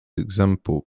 example